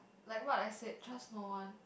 like what I said trust no one